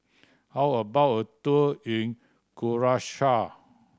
how about a tour in Curacao